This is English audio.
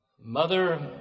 mother